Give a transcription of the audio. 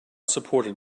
supported